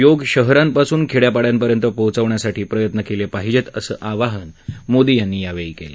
योग शहरांपासून खेड्या पाड्यांपर्यंत पोचवण्यासाठी प्रयत्न केले पाहिजेत असं आवाहन मोदी यांनी केलं